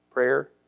Prayer